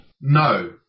No